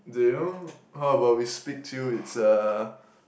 do you how about we speak to you it's a